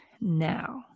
now